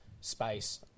space